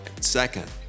second